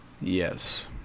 Yes